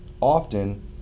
often